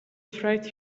fright